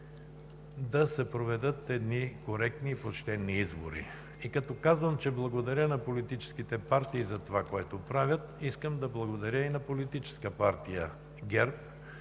да се проведат коректни и почтени избори. И, като казвам, че благодаря на политическите партии за това, което правят, искам да благодаря и на Политическа партия ГЕРБ,